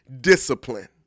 Discipline